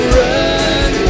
run